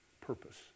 purpose